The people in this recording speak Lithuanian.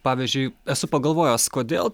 pavyzdžiui esu pagalvojęs kodėl